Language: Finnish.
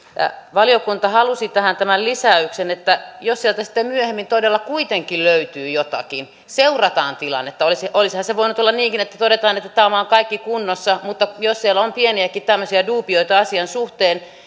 valiokunta halusi tähän tämän lisäyksen että jos sieltä sitten myöhemmin todella kuitenkin löytyy jotakin seurataan tilannetta olisihan se se voinut olla niinkin että todetaan että täällä on kaikki kunnossa mutta jos siellä on pieniäkin tämmöisiä duubioita asian suhteen